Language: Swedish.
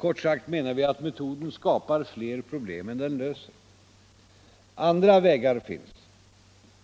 Kort sagt menar vi att metoden skapar fler problem än den löser. Andra vägar finns,